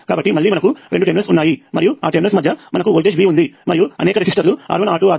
కాబట్టి మళ్ళీ మనకు రెండు టెర్మినల్స్ ఉన్నాయి మరియు ఆ టెర్మినల్స్ మధ్య మనకు వోల్టేజ్ V ఉంది మరియు అనేక రెసిస్టర్లు R1R2R3RN